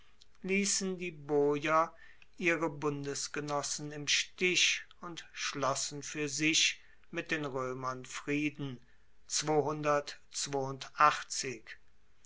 liessen die boier ihre bundesgenossen im stich und schlossen fuer sich mit den roemern frieden